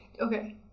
okay